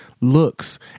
looks